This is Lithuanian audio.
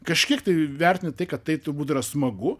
kažkiek tai vertini tai kad tai turbūt yra smagu